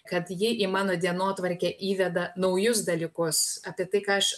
kad ji į mano dienotvarkę įveda naujus dalykus apie tai ką aš